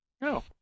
No